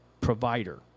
provider